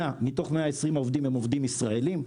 מתוך 120 עובדים, 100 הם עובדים ישראלים.